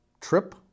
trip